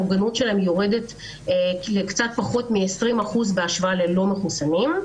המוגנות שלהם יורדת לקצת פחות מ-20% בהשוואה ללא-מחוסנים,